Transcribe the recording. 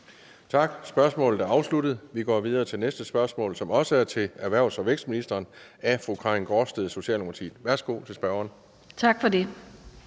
Tak. Spørgsmålet er afsluttet. Vi går videre til det næste spørgsmål, som også er til erhvervs- og vækstministeren af fru Karin Gaardsted, Socialdemokratiet. Kl. 16:30 Spm. nr. S 205 12)